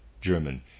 German